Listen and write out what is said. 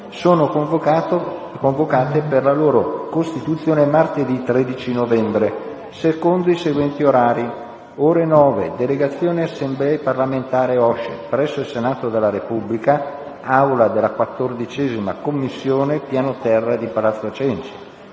sono convocate per la loro costituzione martedì 13 novembre, secondo i seguenti orari: ore 9, delegazione Assemblea parlamentare OSCE, presso il Senato della Repubblica, aula della 14a Commissione, piano terra di Palazzo Cenci;